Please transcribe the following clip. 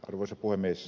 arvoisa puhemies